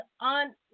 on